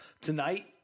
tonight